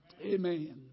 Amen